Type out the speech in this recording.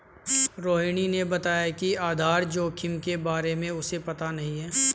रोहिणी ने बताया कि आधार जोखिम के बारे में उसे पता नहीं है